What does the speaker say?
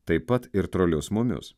taip pat ir trolius mumius